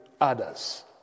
others